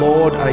Lord